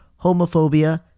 homophobia